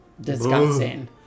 Disgusting